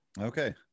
Okay